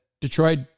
Detroit